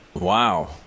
Wow